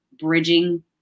bridging